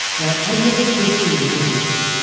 now, i've never personally measured it,